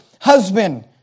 husband